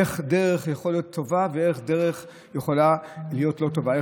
איך דרך יכולה להיות טובה ואיך דרך יכולה להיות לא טובה.